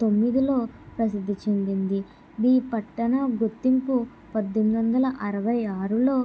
తొమ్మిదిలో ప్రసిద్ధి చెందింది ఈ పట్టణ గుర్తింపు పద్దెనిమిది వందల అరవై ఆరులో